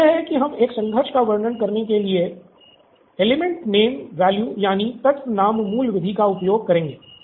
तो यह है कि हम एक संघर्ष का वर्णन करने के लिए एलिमंटनेम वैल्यू यानि तत्व नाम मूल्य विधि का उपयोग करेंगे